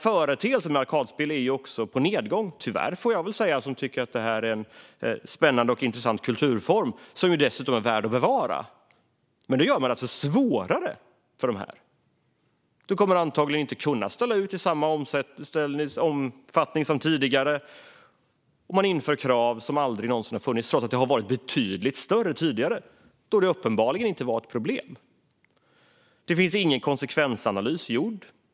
Företeelsen med arkadspel är också på nedgång - tyvärr, får jag väl säga som tycker att det är en spännande och intressant kulturform som dessutom är värd att bevara. Nu gör man det svårare för dem. Det går antagligen inte att ställa ut i samma omfattning som tidigare om man inför krav som aldrig någonsin har funnits, trots att detta har varit betydligt större tidigare då det uppenbarligen inte var ett problem. Det finns ingen konsekvensanalys gjord.